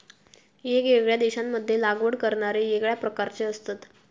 येगयेगळ्या देशांमध्ये लागवड करणारे येगळ्या प्रकारचे असतत